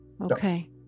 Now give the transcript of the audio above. okay